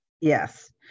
yes